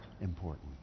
important